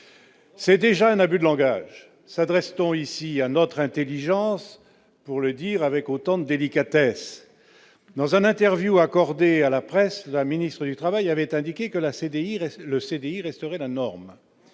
c'est déjà un abus de langage s'adresse-t-on ici à notre Intelligence pour le dire avec autant d'délicatesse dans un interview accordée à la presse la ministre du Travail, avait indiqué que l'ACDI reste le